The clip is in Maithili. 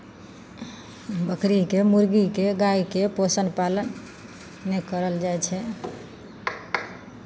बकरीके मुरगीके गायके पोषण पालन ने करल जाइ छै